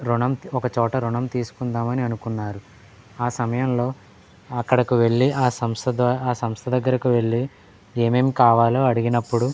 రుణం ఒకచోట రుణం తీసుకుందామని అనుకున్నారు ఆ సమయంలో అక్కడికి వెళ్ళి ఆ సంస్థ ఆ సంస్థ దగ్గరకు వెళ్ళి ఏమేం కావాలో అడిగినప్పుడు